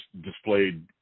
displayed